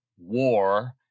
war